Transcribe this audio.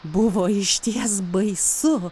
buvo išties baisu